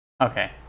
Okay